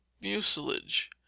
mucilage